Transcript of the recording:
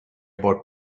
bought